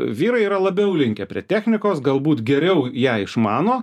vyrai yra labiau linkę prie technikos galbūt geriau ją išmano